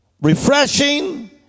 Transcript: refreshing